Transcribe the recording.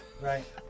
Right